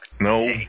No